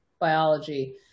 biology